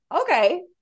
okay